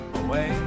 away